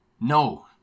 no